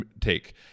take